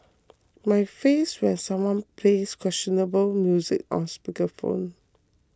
my face when someone plays questionable music on speaker phone